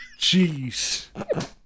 Jeez